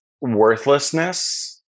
worthlessness